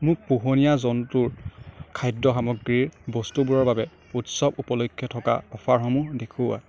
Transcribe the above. মোক পোহনীয়া জন্তুৰ খাদ্য সামগ্ৰীৰ বস্তুবোৰৰ বাবে উৎসৱ উপলক্ষে থকা অফাৰসমূহ দেখুওৱা